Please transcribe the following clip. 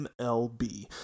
MLB